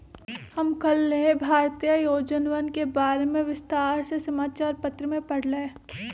हम कल्लेह भारतीय योजनवन के बारे में विस्तार से समाचार पत्र में पढ़ लय